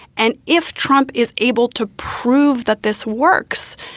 and if trump is able to prove that this works,